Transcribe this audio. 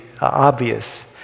obvious